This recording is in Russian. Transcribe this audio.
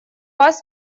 вас